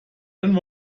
than